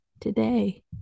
today